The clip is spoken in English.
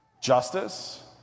justice